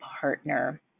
partner